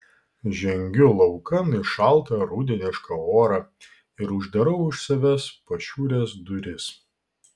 žengiu laukan į šaltą rudenišką orą ir uždarau už savęs pašiūrės duris